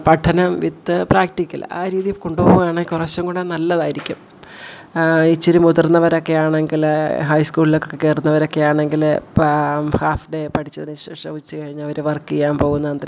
പഠനം with practical ആ രീതിയിൽ കൊണ്ടു പോകുകയാണേ കുറച്ചും കൂടി നല്ലതായിരിക്കും ഇച്ചിരി മുതിർന്നവരൊക്കെ ആണെങ്കിൽ ഹൈ സ്കൂളിലേക്കൊക്കെ കയറുന്നവരൊക്കെ ആണെങ്കിൽ ഇപ്പം ഹാഫ് ഡേ പഠിച്ചതിനു ശേഷം ഉച്ച കഴിഞ്ഞവർ വർക്ക് ചെയ്യാൻ പോകുന്ന അന്തരീഷം